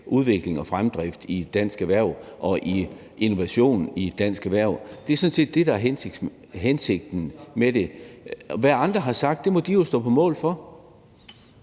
udvikling og fremdrift og innovation i dansk erhverv. Det er sådan set det, der er hensigten med det. Hvad andre har sagt, må de jo stå på mål for.